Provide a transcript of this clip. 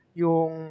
yung